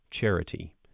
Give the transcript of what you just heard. charity